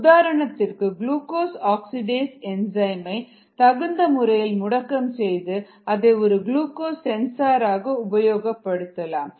உதாரணத்திற்கு glucose oxidase என்சைமை தகுந்தமுறையில் முடக்கம் செய்து ஒரு குளுக்கோஸ் சென்சார் ஆக உபயோகப்படுத்தலாம்